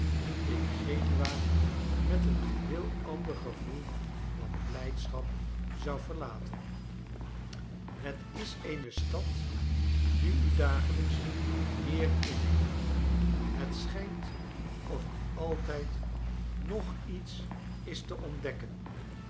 ik genua met een geheel ander gevoel dan blrjdschap zou verlaten het is eene stad die u dagelijks meer inneemt het schijnt of er altijd nog iets is te ontdekken